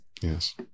Yes